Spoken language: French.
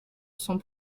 sont